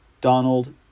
Donald